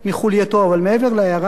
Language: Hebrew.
אבל מעבר להערה הלשונית,